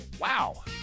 Wow